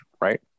right